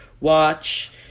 watch